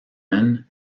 lennon